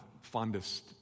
fondest